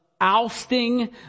Ousting